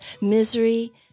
misery